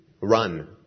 Run